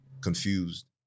confused